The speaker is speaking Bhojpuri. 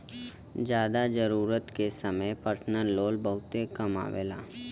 जादा जरूरत के समय परसनल लोन बहुते काम आवेला